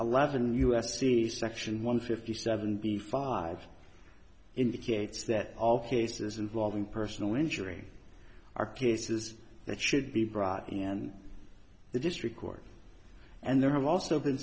eleven u s c section one fifty seventy five indicates that all cases involving personal injury are cases that should be brought in the district court and there have also been